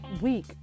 week